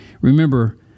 Remember